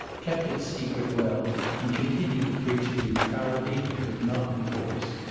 kept its secret well and continued to preach a neutrality it could not enforce.